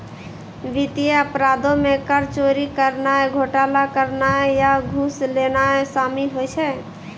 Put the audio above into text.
वित्तीय अपराधो मे कर चोरी करनाय, घोटाला करनाय या घूस लेनाय शामिल होय छै